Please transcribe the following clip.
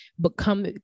become